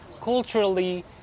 culturally